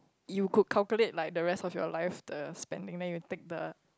you could calculate like the rest of your life the spending then you take the